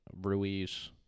ruiz